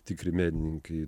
tikri menininkai